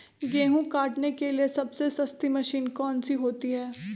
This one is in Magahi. गेंहू काटने के लिए सबसे सस्ती मशीन कौन सी होती है?